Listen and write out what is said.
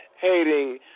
hating